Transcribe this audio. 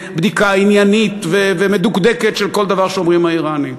ובדיקה עניינית ומדוקדקת של כל דבר שאומרים האיראנים,